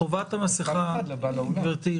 גברתי,